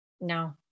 no